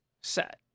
set